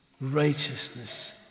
righteousness